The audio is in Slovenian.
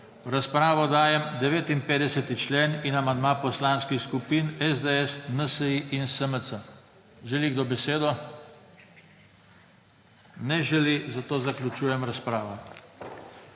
V razpravo dajem 59. člen in amandma Poslanskih skupin SDS, NSi in SMC. Želi kdo besedo? (Ne.) Zaključujem razpravo.